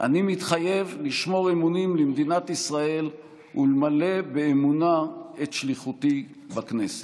"אני מתחייב לשמור אמונים למדינת ישראל ולמלא באמונה את שליחותי בכנסת".